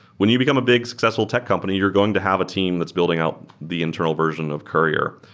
when you become a big successful tech company, you're going to have a team that's building out the internal version of courier.